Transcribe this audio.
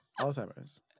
Alzheimer's